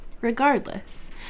regardless